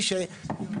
זה אושר.